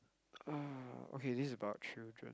ah okay this is about children